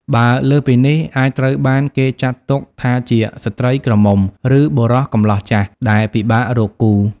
បើលើសពីនេះ អាចត្រូវបានគេចាត់ទុកថាជា ស្ត្រីក្រមុំ ឬ បុរសកម្លោះចាស់ ដែលពិបាករកគូ ។